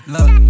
Look